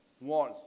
walls